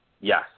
Yes